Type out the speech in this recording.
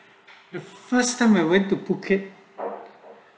the first time I went to phuket